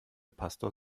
pastor